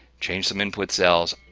change some input cells,